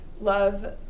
love